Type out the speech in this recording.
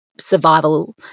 survival